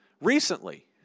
recently